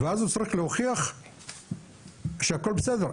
ואז הוא יצטרך להוכיח שהכל בסדר.